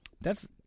that's-